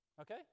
okay